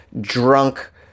drunk